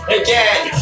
again